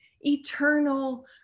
eternal